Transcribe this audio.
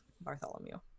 Bartholomew